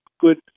good